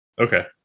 Okay